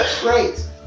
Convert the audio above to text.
Great